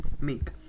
make